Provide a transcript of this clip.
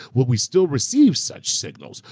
would we still receive such signals?